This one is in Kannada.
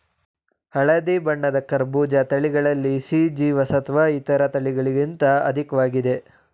ಹಳದಿ ಬಣ್ಣದ ಕರ್ಬೂಜ ತಳಿಗಳಲ್ಲಿ ಸಿ ಜೀವಸತ್ವ ಇತರ ತಳಿಗಳಿಗಿಂತ ಅಧಿಕ್ವಾಗಿದೆ